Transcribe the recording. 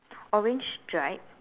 orange dried